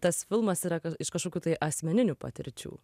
tas filmas yra iš kažkokių tai asmeninių patirčių